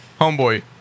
Homeboy